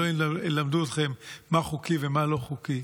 הם לא ילמדו אתכם מה חוקי ומה לא חוקי.